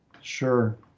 Sure